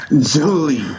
Julie